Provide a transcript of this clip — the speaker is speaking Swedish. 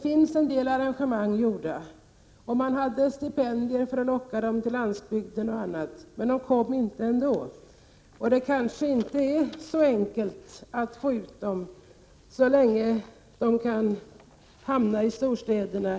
Man hade även stipendier och annat för att locka dem, men de kom inte ändå. Det kanske inte är så enkelt att få ut dem dit, så länge de kan hamna i storstäderna.